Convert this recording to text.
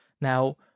Now